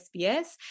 SBS